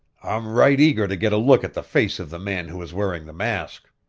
i'm right eager to get a look at the face of the man who was wearing the mask.